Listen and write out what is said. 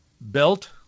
Belt